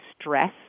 stress